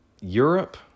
Europe